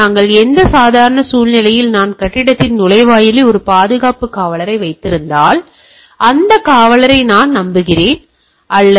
எனவே எங்கள் சாதாரண சூழ்நிலையில் நான் கட்டிடத்தின் நுழைவாயிலில் ஒரு பாதுகாப்புக் காவலரை வைத்திருந்தால் அந்த காவலரை நான் நம்புகிறேன் அல்